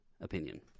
opinion